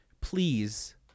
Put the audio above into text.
please